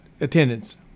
attendance